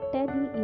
Teddy